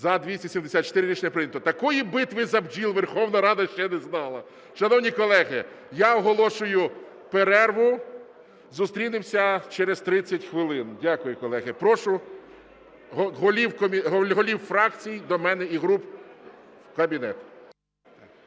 Рішення прийнято. Такої битви за бджіл Верховна Рада ще не знала. Шановні колеги, я оголошую перерву, зустрінемося через 30 хвилин. Дякую, колеги. Прошу голів фракцій до мене, і груп, в кабінет.